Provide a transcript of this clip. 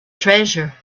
treasure